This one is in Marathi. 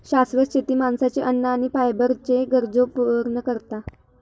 शाश्वत शेती माणसाची अन्न आणि फायबरच्ये गरजो पूर्ण करता